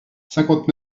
cinquante